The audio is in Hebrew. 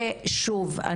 שוב,